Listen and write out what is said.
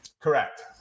Correct